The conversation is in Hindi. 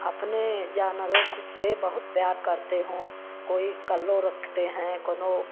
अपने जानवरों से बहुत प्यार करते हूँ कोई कल्लो रखते हैं कौनो